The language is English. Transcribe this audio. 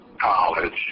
college